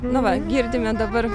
nu va girdime dabar